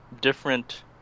different